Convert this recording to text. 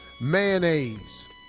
mayonnaise